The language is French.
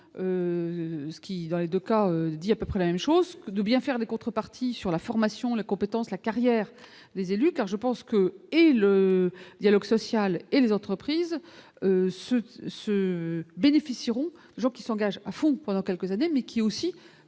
ce qui dans les 2 cas, dit à peu près la même chose de bien faire des contreparties sur la formation, la compétence, la carrière des élus car je pense que et le dialogue social et les entreprises ce ce bénéficieront gens qui s'engage à fond pendant quelques années mais qui aussi